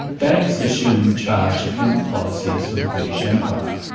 banks assumed charge of hemp policies for the british empire.